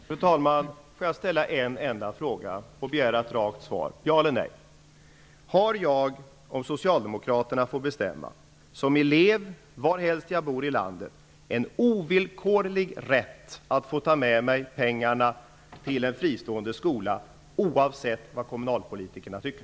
Fru talman! Får jag ställa en enda fråga och begära ett rakt svar -- ja eller nej? Har jag som elev, om Socialdemokraterna får bestämma, varhelst jag bor i landet en ovillkorlig rätt att få ta med mig pengarna till en fristående skola, oavsett vad kommunalpolitikerna tycker?